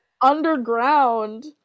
underground